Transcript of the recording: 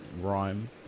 rhyme